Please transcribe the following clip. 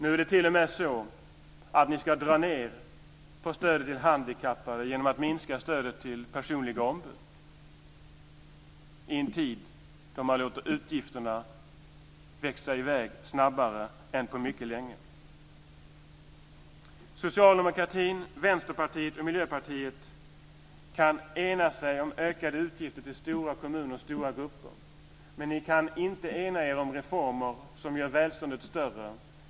Nu är det t.o.m. så att ni ska dra ned på stödet till handikappade genom att minska stödet till personliga ombud i en tid då man låter utgifterna växa snabbare än på mycket länge. Socialdemokraterna, Vänsterpartiet och Miljöpartiet kan ena sig om ökade utgifter till stora kommuner och stora grupper, men ni kan inte ena er om reformer som gör välståndet större.